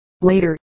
later